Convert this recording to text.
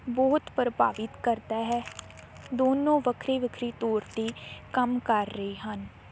ਬਹੁਤ ਪ੍ਰਭਾਵਿਤ ਕਰਦਾ ਹੈ ਦੋਨੋਂ ਵੱਖਰੀ ਵੱਖਰੀ ਤੌਰ 'ਤੇ ਕੰਮ ਕਰ ਰਹੇ ਹਨ